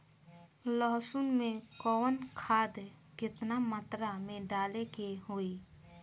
लहसुन में कवन खाद केतना मात्रा में डाले के होई?